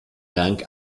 rang